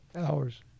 hours